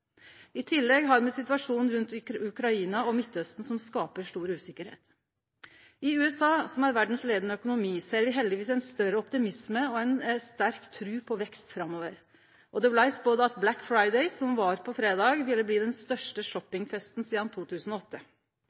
I tillegg har me situasjonen rundt Ukraina og Midtausten som skaper stor usikkerheit. I USA, som er verdas leiande økonomi, ser me heldigvis ein større optimisme og ei sterk tru på vekst framover. Det blei spådd at Black Friday, som var på fredag, ville bli den største shoppingfesten sidan 2008.